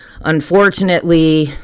unfortunately